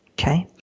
Okay